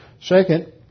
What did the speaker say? Second